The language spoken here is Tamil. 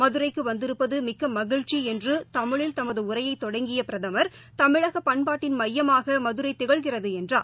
மதுரைக்குவந்திருப்பதமிக்கமகிழ்ச்சிஎன்றுதமிழில் தமதுஉரையைதொடங்கியபிரதம் தமிழகபண்பாட்டின் மையமாகமதுரைதிகழ்கிறதுஎன்றார்